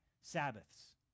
Sabbaths